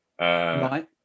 Right